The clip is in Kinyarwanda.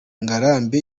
ngarambe